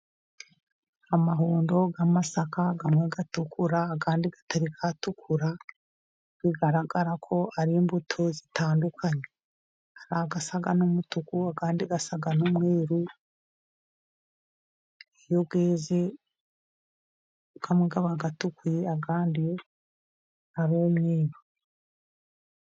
Amahundo y'amasaka amwe atukura andi atari yatukura bigaragara ko ari imbuto zitandukanye, hari asa n'umutuku andi asa n'umweru, iyo yeze amwe aba atukuye andi ari umweru.